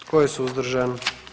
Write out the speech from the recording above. Tko je suzdržan?